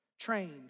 trained